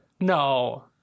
no